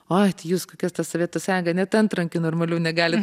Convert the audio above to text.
o jūs kokia ta sovietų sąjunga net antrankių normalių negalit